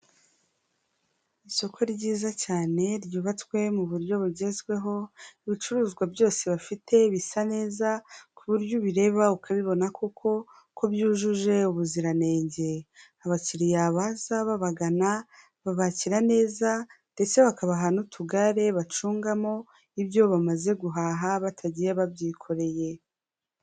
Isoko ryiza cyane ryubatswe mu buryo bugezweho, ibicuruzwa byose bafite bisa neza ku buryo ubireba ukabibona kuko ko byujuje ubuziranenge, abakiriya baza babagana babakira neza ndetse bakabaha n'utugare bacungamo ibyo bamaze guhaha, batagiye babyikoreye.